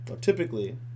typically